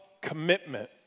commitment